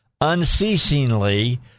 unceasingly